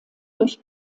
durch